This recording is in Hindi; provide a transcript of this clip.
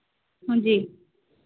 हाँ जी